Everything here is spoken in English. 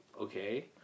okay